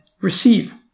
receive